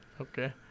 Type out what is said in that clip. Okay